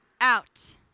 out